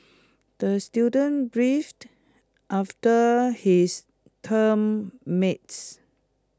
the student beefed after his term mates